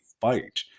fight